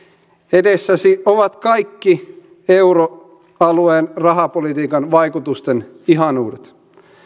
edessäsi ovat kaikki euroalueen rahapolitiikan vaikutusten ihanuudet